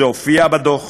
זה הופיע בדוח.